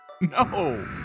No